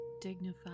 dignified